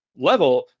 level